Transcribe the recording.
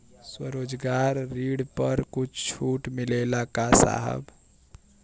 स्वरोजगार ऋण पर कुछ छूट मिलेला का साहब?